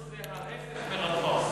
גאטס זה ההפך מגטאס.